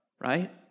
right